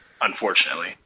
unfortunately